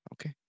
Okay